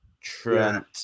Trent